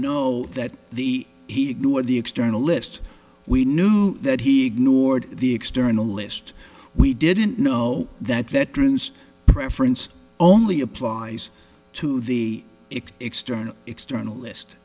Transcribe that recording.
know that the he ignored the external list we knew that he ignored the external list we didn't know that veterans preference only applies to the it external external